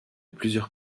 plusieurs